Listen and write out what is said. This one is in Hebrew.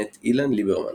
מאת אילן ליברמן.